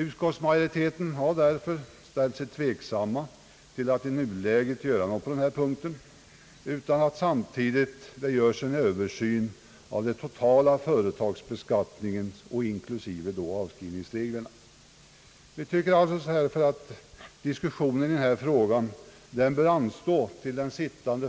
Utskottsmajoriteten har därför ställt sig tveksam till att i nuläget göra något på denna punkt utan att det samtidigt görs en översyn av den totala företagsbeskattningen, inklusive avskrivningsreglerna. Vi tycker därför att dis kussionen i denna fråga bör anstå tills den sittande